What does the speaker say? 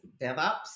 DevOps